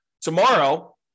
tomorrow